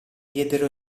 diedero